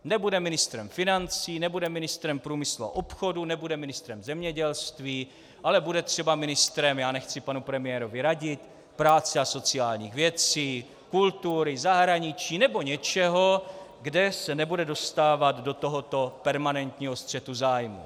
Nebude ministrem financí, nebude ministrem průmyslu a obchodu, nebude ministrem zemědělství, ale bude třeba ministrem já nechci panu premiérovi radit práce a sociálních věcí, kultury, zahraničí nebo něčeho, kde se nebude dostávat do tohoto permanentního střetu zájmů.